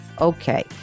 okay